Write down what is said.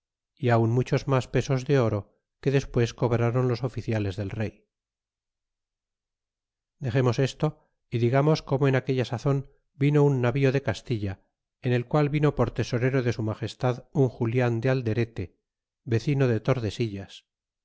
y aun muchos mas pesos de oro que despues cobrron los oficiales del rey dexemos esto y digamos como en aquella sazon vino un navío de castilla en el qual vino por tesorero de su magestad un julian de alderete vecino de tordesillas